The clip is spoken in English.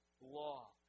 law